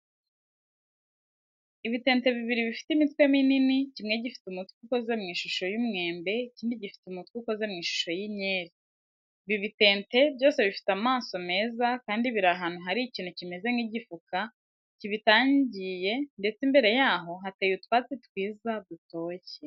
Ibitente bibiri bifite imitwe minini, kimwe gifite umutwe ukoze mu ishusho y'umwembe, ikindi gifite umutwe ukoze mu ishusho y'inkeri. Ibi bitente byose bifite amaso meza kandi biri ahantu hari ikintu kimeze nk'igifuka kibitangiye ndetse imbere yaho hateye utwatsi twiza dutoshye.